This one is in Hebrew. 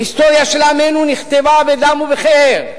ההיסטוריה של עמנו נכתבה בדם ובכאב,